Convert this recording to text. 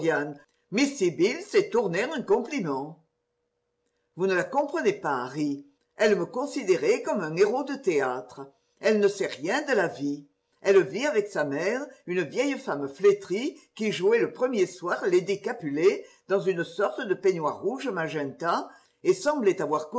miss sibyl sait tourner un compliment vous ne la comprenez pas harry elle me considérait comme un héros de théâtre elle ne sait rien de la vie elle vit avec sa mère une vieille femme flétrie qui jouait le premier soir lady capulet dans une sorte de peignoir rouge magenta et semblait avoir